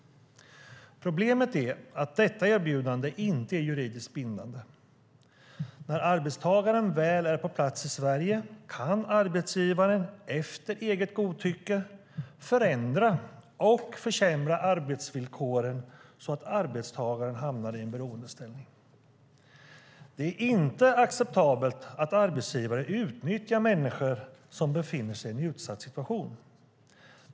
Problemet är att detta erbjudande inte är juridiskt bindande. När arbetstagaren väl är på plats i Sverige kan arbetsgivaren, efter eget godtycke, förändra och försämra arbetsvillkoren så att arbetstagaren hamnar i en beroendeställning. Det är inte acceptabelt att arbetsgivare utnyttjar människor som befinner sig i en utsatt situation.